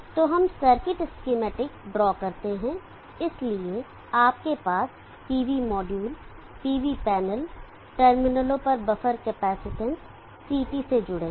तो हम circuit schematic draw करते हैं इसलिए आपके पास PV मॉड्यूल PV पैनल टर्मिनलों पर बफर कैपेसिटर CT से जुड़े है